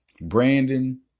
Brandon